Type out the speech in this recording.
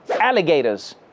alligators